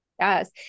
Yes